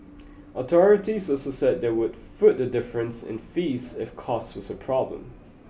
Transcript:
authorities also said they would foot the difference in fees if cost was a problem